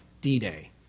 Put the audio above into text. D-Day